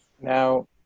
Now